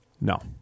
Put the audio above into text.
No